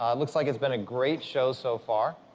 um looks like it's been a great show so far.